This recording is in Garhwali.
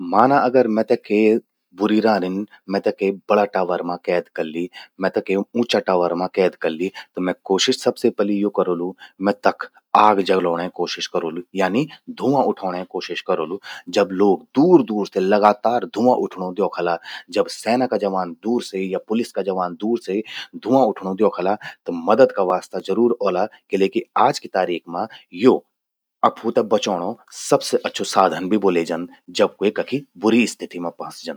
माना अगर मैते के बुरी रानिन मेते के बड़ा टार मां कैद करलि। मैते के ऊंचा टावर मां कैद करलि, त मैं कोशिश सबसे पलि यो करोलू, मैं तख आग जलौणे कोशिश करोलु। यानी धुंआ उठौणे कोशिश करोलु, जब लोग दूर दूर से लगातार धुंआ उठणू द्योखला, जब सेना का जवाब दूपर से या पुलिस का जवान दूर से धुंआ उछणूं द्योखला। त मदद का वास्ता जरूर औला। किले कि आज कि तारीख मां यो अफू ते बचौणों सबसे अच्छू साधन भि ब्वोल्ये जंद, जब क्वे कखि बुरी स्थिति मां फंसी जंद।